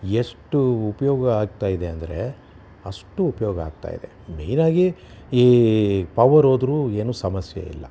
ಎಷ್ಟು ಉಪಯೋಗ ಆಗ್ತಾಯಿದೆ ಅಂದರೆ ಅಷ್ಟು ಉಪಯೋಗ ಆಗ್ತಾಯಿದೆ ಮೆಯ್ನಾಗಿ ಈ ಪವರ್ ಹೋದರೂ ಏನು ಸಮಸ್ಯೆ ಇಲ್ಲ